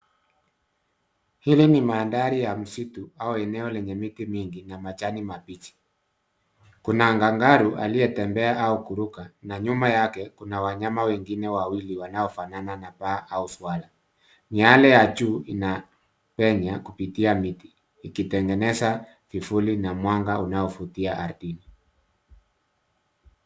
Hili ni mandhari ya msitu au eneo lenye miti mingi na majani mabichi. Kuna ngangaru aliyetembea au kuruka na nyuma yake kuna wanyama wengine wawili wanaofanana na paa au swala. Miale ya juu inapenya kupitia miti ikitengeneza vivuli na mwanga unaovutia ardhini.